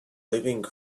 living